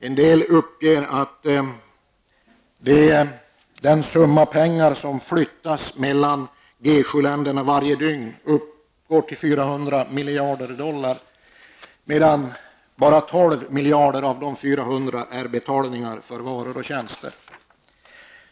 En del uppger att den summa pengar som varje dygn flyttas mellan E--7-länderna uppgår till 400 miljarder dollar, varav endast 12 miljarder är betalningar för varor och tjänster.